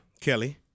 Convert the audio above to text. Kelly